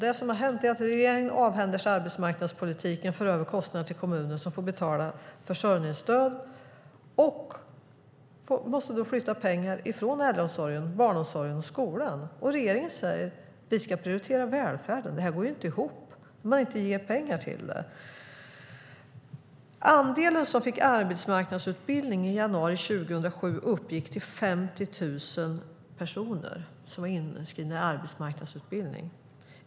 Det som har hänt är alltså att regeringen avhänder sig arbetsmarknadspolitiken och för över kostnaderna till kommunen, som får betala försörjningsstöd och måste flytta pengar från äldreomsorgen, barnomsorgen och skolan. Samtidigt säger regeringen att vi ska prioritera välfärden. Det här går inte ihop! Andelen som fick arbetsmarknadsutbildning i januari 2007 uppgick till 50 000. De var inskrivna i arbetsmarknadsutbildning.